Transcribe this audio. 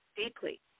deeply